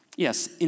Yes